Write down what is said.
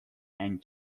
and